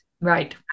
Right